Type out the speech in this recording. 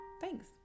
Thanks